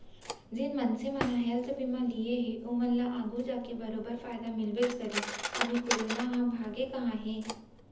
जेन मनसे मन हेल्थ बीमा लिये हें ओमन ल आघु जाके बरोबर फायदा मिलबेच करही, अभी करोना ह भागे कहॉं हे?